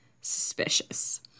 suspicious